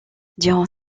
durant